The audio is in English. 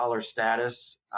status